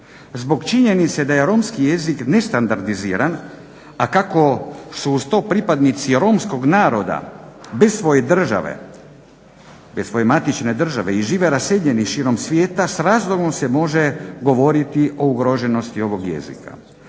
Zbog činjenice da je romski jezik nestandardiziran, a kako su uz to pripadnici romskog naroda bez svoje države, bez svoje matične države i žive raseljeni širom svijeta s razlogom se može govoriti o ugroženosti ovog jezika.